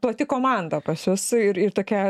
plati komanda pas jus ir ir tokia